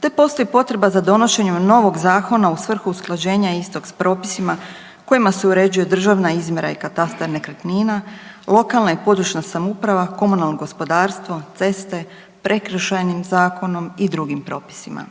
te postoji potreba za donošenjem novog zakona u svrhu usklađenja istog s propisima kojima se uređuje državna izmjera i katastar nekretnina, lokalna i područna samouprava, komunalno gospodarstvo, ceste, Prekršajnim zakonom i drugim propisima.